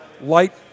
light